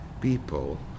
people